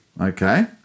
Okay